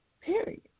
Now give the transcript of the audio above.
Period